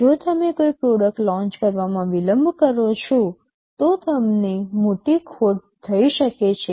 જો તમે કોઈ પ્રોડક્ટ લૉન્ચ કરવામાં વિલંબ કરો છો તો તમને મોટી ખોટ થઈ શકે છે